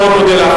אני מאוד מודה לך,